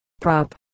prop